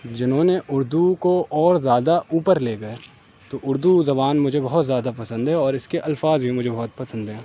جنہوں نے اردو کو اور زیادہ اوپر لے گئے تو اردو زبان مجھے بہت زیادہ پسند ہے اور اس کے الفاظ بھی مجھے بہت پسند ہیں